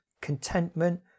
contentment